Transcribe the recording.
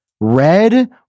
red